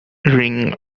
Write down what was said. ring